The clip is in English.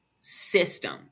system